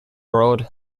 broad